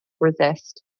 resist